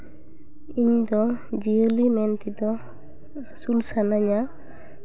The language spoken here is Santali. ᱤᱧᱫᱚ ᱡᱤᱭᱟᱹᱞᱤ ᱢᱮᱱᱛᱮ ᱫᱚ ᱟᱹᱥᱩᱞ ᱥᱟᱱᱟᱧᱟ